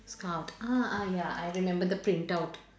scout ah ah ya I remember the printout